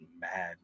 mad